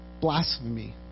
Blasphemy